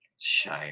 Shame